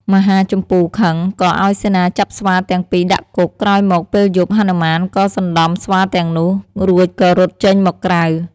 មហាជម្ពូខឹង ក៏ឱ្យសេនាចាប់ស្វាទាំងពីរដាក់គុក ក្រោយមកពេលយប់ហនុមានក៏សណ្តំស្វាទាំងនោះ រួចក៏រត់ចេញមកក្រៅ។